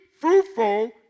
fruitful